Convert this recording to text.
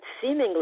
seemingly